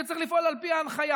שצריך לפעול על פי ההנחיה.